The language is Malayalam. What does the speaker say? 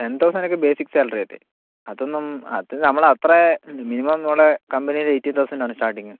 ടെൻ തൌസൻഡ് ഒക്കെ ബേസിക്ക് സാലറി അല്ലേ അതൊന്നും ആ നമ്മൾ അത്ര മിനിമം നമ്മൾ കമ്പനിയിൽ എയിറ്റീൻ തൌസൻഡ് ആണ് സ്റ്റാർട്ടിങ്